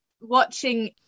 watching